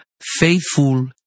faithful